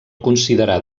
considerar